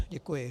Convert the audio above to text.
Děkuji.